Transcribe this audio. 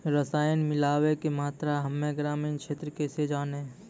रसायन मिलाबै के मात्रा हम्मे ग्रामीण क्षेत्रक कैसे जानै?